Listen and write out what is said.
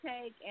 take